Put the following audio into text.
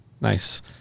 nice